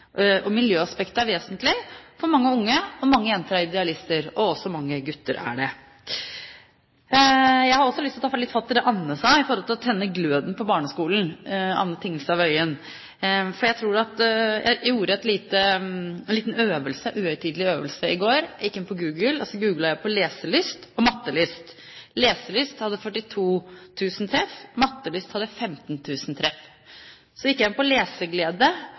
Miljøaspektet er vesentlig for mange unge, og mange jenter er idealister, og også mange gutter er det. Jeg har også lyst til å ta litt fatt i det som Anne Tingelstad Wøien sa om å tenne gløden på barneskolen. Jeg gjorde en liten uhøytidelig øvelse i går. Jeg gikk inn på Google og googlet «leselyst» og «mattelyst». «Leselyst» hadde 42 000 treff og «mattelyst» hadde 15 000 treff. Så googlet jeg «leseglede» og «matteglede». For «leseglede» var det 22 000 treff